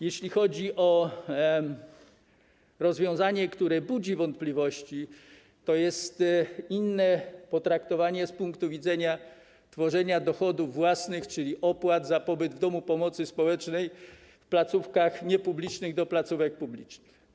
Jeśli chodzi o rozwiązanie, które budzi wątpliwości, to jest nim inne traktowanie z punktu widzenia dochodów własnych, czyli opłat za pobyt w domu pomocy społecznej, placówek niepublicznych i placówek publicznych.